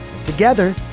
Together